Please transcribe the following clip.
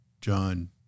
John